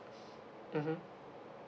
mmhmm